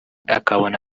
akabona